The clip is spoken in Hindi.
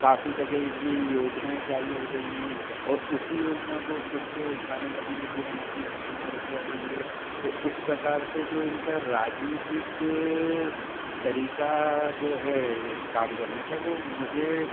काफ़ी जगह ये योजनाएँ चालू हो गई हैं और उसी योजना को फिर से उठाने लगे हैं कि हम इसमें इतना रुपया देंगे तो इस प्रकार से जो इनका राजनीतिक तरीका जो है काम करने का वो मुझे